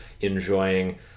enjoying